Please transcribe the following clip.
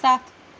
ستھ